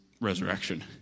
resurrection